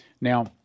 Now